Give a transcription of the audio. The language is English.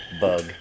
bug